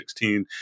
2016